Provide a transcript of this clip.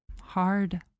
Hard